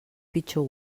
pitjor